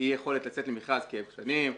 אי יכולת לצאת למכרז כי אין תקנים,